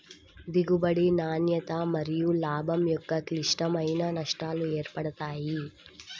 దిగుబడి, నాణ్యత మరియులాభం యొక్క క్లిష్టమైన నష్టాలు ఏర్పడతాయి